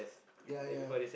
ya ya